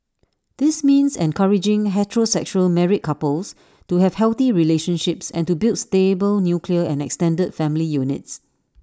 this means encouraging heterosexual married couples to have healthy relationships and to build stable nuclear and extended family units